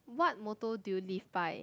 what motto do you live by